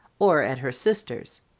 or at her sister's.